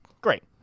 Great